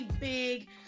big